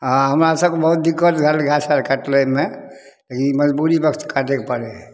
आ हमरा सभके बहुत दिक्कत भेल गाछ आर कटबैमे लेकिन मजबूरी बस काटैके पड़ै हइ